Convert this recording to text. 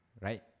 right